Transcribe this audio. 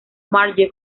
marge